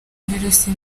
virusi